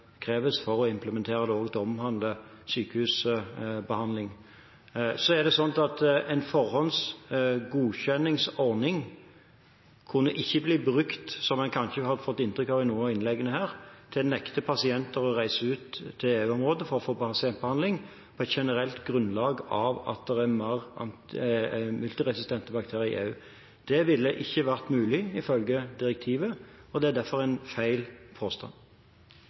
krevdes for å implementere det. Det omhandler sykehusbehandling. En forhåndsgodkjenningsordning kunne ikke bli brukt – som man kanskje har fått inntrykk av i noen av innleggene her – til å nekte pasienter å reise ut til EU-området for å få pasientbehandling, på generelt grunnlag av at det er mer multiresistente bakterier i EU. Det ville ikke vært mulig, ifølge direktivet, og det er derfor en feil